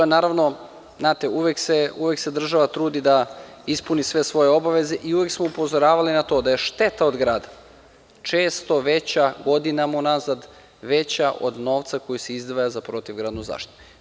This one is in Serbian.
Naravno, znate, uvek se država trudi da ispuni sve svoje obaveze i uvek smo upozoravali na to da je šteta od grada često veća, godinama unazad, od novca koji se izdvaja za protivgradnu zaštitu.